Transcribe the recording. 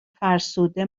فرسوده